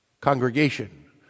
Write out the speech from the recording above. congregation